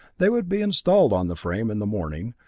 they would be installed on the frame in the morning,